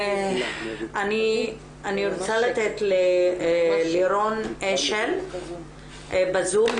אני רוצה לתת ללירון אשל בזום,